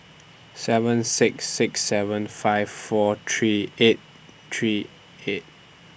seven six six seven five four three eight three eight